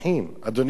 אדוני היושב-ראש,